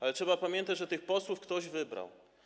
Ale trzeba pamiętać, że tych posłów ktoś wybrał.